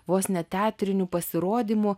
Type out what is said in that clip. vos ne teatrinių pasirodymų